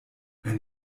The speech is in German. ein